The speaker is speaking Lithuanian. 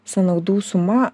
sąnaudų suma